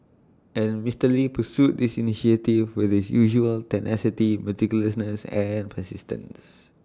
and Mister lee pursued this initiative with his usual tenacity meticulousness and persistence